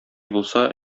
булсa